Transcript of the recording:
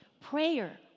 Prayer